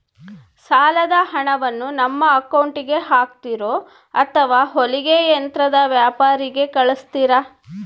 ಸಾಲದ ಹಣವನ್ನು ನಮ್ಮ ಅಕೌಂಟಿಗೆ ಹಾಕ್ತಿರೋ ಅಥವಾ ಹೊಲಿಗೆ ಯಂತ್ರದ ವ್ಯಾಪಾರಿಗೆ ಕಳಿಸ್ತಿರಾ?